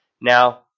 Now